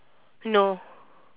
no